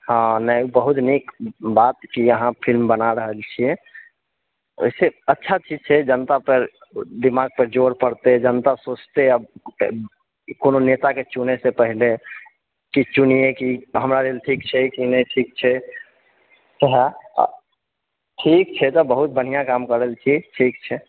हँ नहि ई बहुत नीक बात की अहाँ फिल्म बना रहल छि ओहिसँ अच्छा चीज छै जनता तर दिमाग पर जोर पड़तै जनता सोचतै कोनो नेताके चुनै से पहिले की चुनियै की हमरा लेल ठीक छै की नहि ठीक छै ओहा ठीक छै तऽ बहुत बढ़िआँ काम कऽ रहल छी ठीक छै